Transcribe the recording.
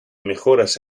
mejoras